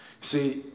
See